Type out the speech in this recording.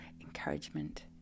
encouragement